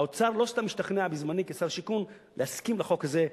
האוצר לא סתם השתכנע בזמני כשר שיכון להסכים לחוק הזה,